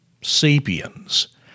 Sapiens